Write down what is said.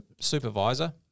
supervisor